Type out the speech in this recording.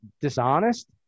dishonest